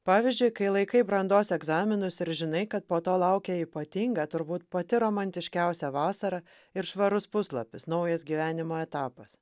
pavyzdžiui kai laikai brandos egzaminus ir žinai kad po to laukia ypatinga turbūt pati romantiškiausia vasara ir švarus puslapis naujas gyvenimo etapas